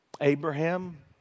Abraham